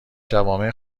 جوامع